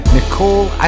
Nicole